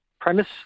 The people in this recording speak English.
premise